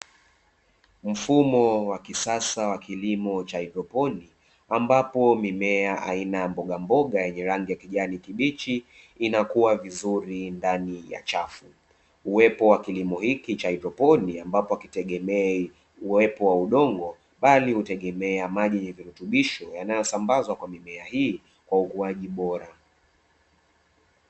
Mfumo wa kisasa wa kilimo cha haidroponi, ambapo mimea aina ya mbogamboga yenye rangi ya kijani kibichi inakua vizuri ndani ya chafu, uwepo wa kilimo hiki cha haidroponi ambacho hakitegemei uwepo wa udongo, bali hutegemea maji yenye virutubisho yanayosambazwa kwenye mimea hii kwa ukuaji bora.